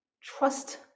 trust